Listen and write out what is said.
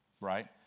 right